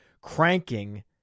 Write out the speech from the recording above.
cranking